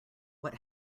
what